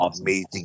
amazing